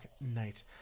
night